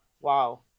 Wow